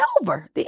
over